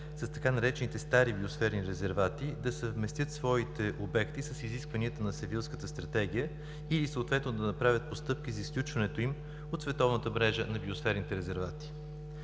с така наречените „стари биосферни резервати“ да съвместят своите обекти с изискванията на Севилската стратегия или съответно да направят постъпки за изключването им от световната мрежа на биосферните резервати.